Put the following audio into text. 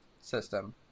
system